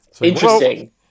Interesting